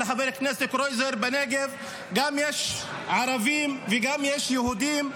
לחבר הכנסת קרויזר: בנגב יש גם ערבים ויש גם יהודים.